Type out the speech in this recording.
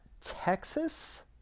Texas